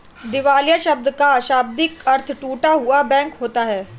दिवालिया शब्द का शाब्दिक अर्थ टूटा हुआ बैंक होता है